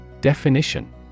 Definition